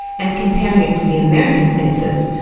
and comparing it to the american census,